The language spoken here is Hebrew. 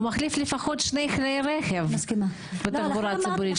אז הוא מחליף לפחות שני קווי אוטובוס בתחבורה ציבורית.